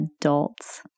adults